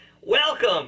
welcome